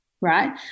right